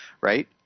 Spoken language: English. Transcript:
right